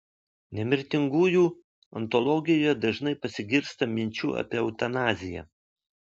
nemirtingųjų ontologijoje dažnai pasigirsta minčių apie eutanaziją